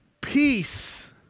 peace